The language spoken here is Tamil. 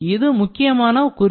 இது ஒரு முக்கியமான குறிப்பு